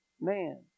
man